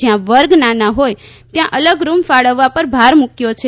જયાં વર્ગ નાન હોય ત્યાં અલગ રૂમ ફાળવવા પર ભાર મૂક્યો છે